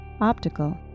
optical